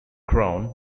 crown